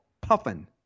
Puffin